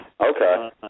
Okay